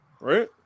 right